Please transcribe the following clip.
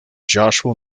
joshua